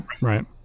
right